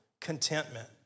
contentment